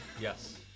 yes